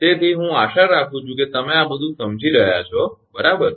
તેથી હું આશા રાખું છું કે તમે આ બધું સમજી રહ્યા છો બરાબર